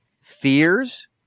fears